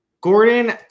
Gordon